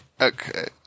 Okay